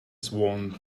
swan